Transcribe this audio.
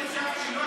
זה לא נחשב,